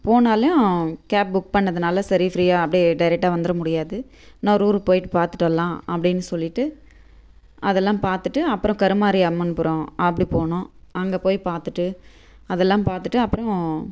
போனாலும் cab book பண்ணதுனால் சரி ஃப்ரீயாக அப்படியே டேரெக்டாக வந்துட முடியாது இன்னொரு ஊருக்கு போய்விட்டு பார்த்துட்டு வரலாம் அப்படின்னு சொல்லிவிட்டு அதெல்லாம் பார்த்துட்டு அப்புறம் கருமாரி அம்மன்புரம் அப்படி போனோம் அங்கே போய் பார்த்துட்டு அதெல்லாம் பார்த்துட்டு அப்புறம்